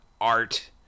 art